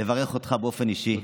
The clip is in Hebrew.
לברך אותך באופן אישי.